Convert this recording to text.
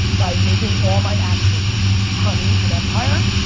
by making all my actions honey and empire.